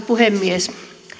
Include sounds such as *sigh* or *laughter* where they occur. *unintelligible* puhemies